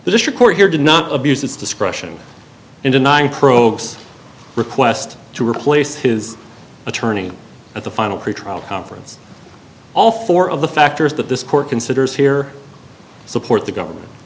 the district court here did not abuse its discretion in denying probes request to replace his attorney at the final pretrial conference all four of the factors that this court considers here support the government